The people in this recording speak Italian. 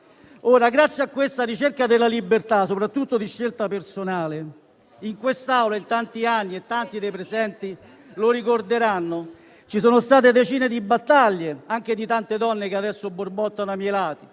grazie a questa ricerca della libertà, soprattutto di scelta personale, in questa Aula in tanti anni, come tanti dei presenti ricorderanno, sono state combattute decine di battaglie, anche da parte di tante donne che adesso borbottano ai miei lati.